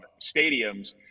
stadiums